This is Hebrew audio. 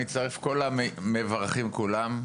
אני מצטרף לכל המברכים כולם.